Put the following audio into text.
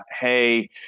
hey